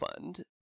fund